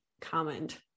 comment